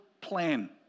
plan